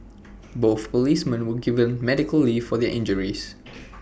both policemen were given medical leave for their injuries